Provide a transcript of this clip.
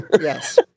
Yes